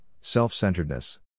self-centeredness